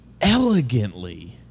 elegantly